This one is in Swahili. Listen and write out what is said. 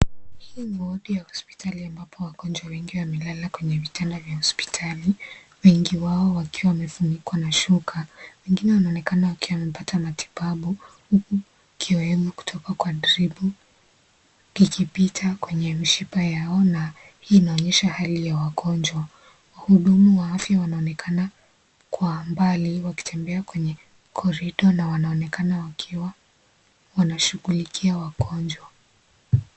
Hii ni wodi ya hospitali ambapo wagonjwa wengi wamelala kwenye vitanda vya hospitali wengi wao wakiwa wamefunikwa na shuka . Wengine wanaonekana wakiwa wamepata matibabu huku kioevu kutoka kwa dripu kikipita kwenye mishipa yao na hii inaonyesha hali ya wagonjwa . Wahudumu wa afya wanaonekana kwa mbali wakitembea kwenye korido na wanaonekana wakiwa wanashughulikia wagonjwa .